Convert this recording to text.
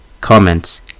Comments